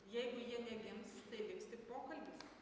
jeigu jie negims tai liks tik pokalbis